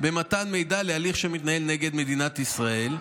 במתן מידע להליך שמתנהל נגד מדינת ישראל.